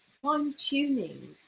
fine-tuning